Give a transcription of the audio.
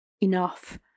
enough